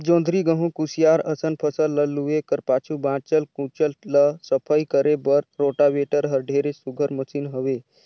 जोंधरी, गहूँ, कुसियार असन फसल ल लूए कर पाछू बाँचल खुचल ल सफई करे बर रोटावेटर हर ढेरे सुग्घर मसीन हवे